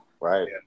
Right